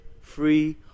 free